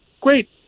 great